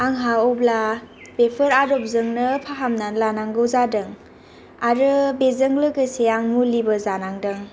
आंहा अब्ला बेफोर आदबजोंनो फाहामना लानांगौ जादों आरो बेजों लोगोसे आं मुलिबो जानांदों